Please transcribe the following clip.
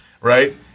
right